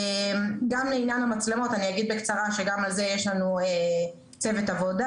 גם לעניין המצלמות אני אגיד בקצרה שגם על זה יש לנו צוות עבודה.